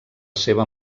seva